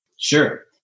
Sure